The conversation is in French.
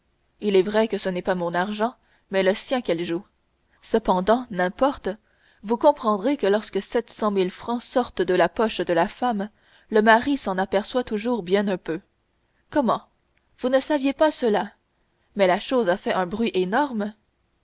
il est vrai que ce n'est pas mon argent mais le sien qu'elle joue cependant n'importe vous comprendrez que lorsque sept cent mille francs sortent de la poche de la femme le mari s'en aperçoit toujours bien un peu comment vous ne saviez pas cela mais la chose a fait un bruit énorme